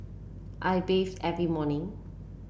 I bathe every morning